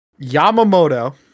Yamamoto